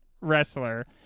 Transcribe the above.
wrestler